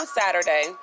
Saturday